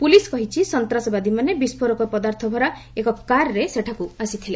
police କହିଛି ସନ୍ତାସବାଦୀମାନେ ବିଷ୍କୋରକ ପଦାର୍ଥ ଭରା ଏକ କାର୍ରେ ସେଠାକୁ ଆସିଥିଲେ